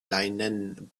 linen